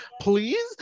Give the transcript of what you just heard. please